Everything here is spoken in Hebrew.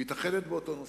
מתאחדת באותו נושא,